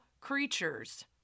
creatures